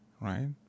right